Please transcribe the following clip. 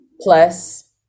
plus